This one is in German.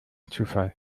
zufall